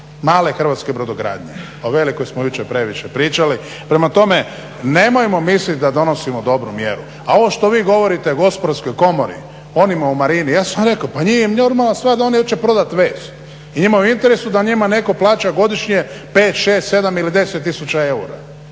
male hrvatske brodogradnje, o velikoj smo jučer previše pričali. Prema tome nemojmo misliti da donosimo dobru mjeru, a ovo što vi govorite o gospodarskoj komori, onima u marini, ja sam rekao pa normalna stvar da oni hoće prodati …/Ne razumije se./… i njima je u interesu da njima netko plaća godišnje 5, 6, 7 ili 10 tisuća eura,